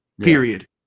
Period